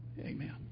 Amen